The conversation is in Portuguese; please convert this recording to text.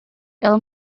ela